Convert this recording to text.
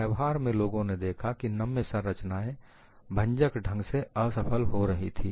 व्यवहार में लोगों ने देखा कि नम्य संरचनाएं भंजक ढंग से असफल हो रही थी